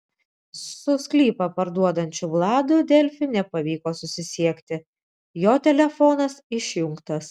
su sklypą parduodančiu vladu delfi nepavyko susisiekti jo telefonas išjungtas